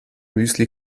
müsli